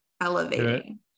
elevating